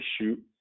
shoot